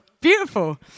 Beautiful